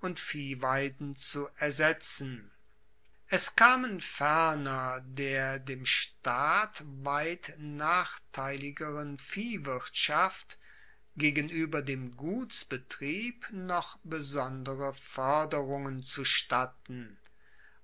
und viehweiden zu ersetzen es kamen ferner der dem staat weit nachteiligeren viehwirtschaft gegenueber dem gutsbetrieb noch besondere foerderungen zustatten